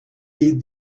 heed